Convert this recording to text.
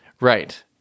Right